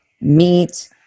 meat